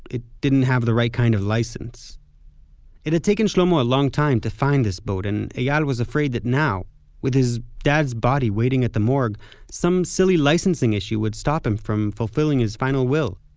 it didn't have the right kind of license it had taken shlomo a long time to find this boat, and eyal was afraid that now with his dad's body waiting at the morgue some silly licensing issue would stop him from fulfilling his final will.